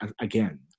again